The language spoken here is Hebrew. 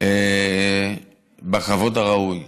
בכבוד הראוי.